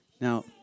Now